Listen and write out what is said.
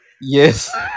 Yes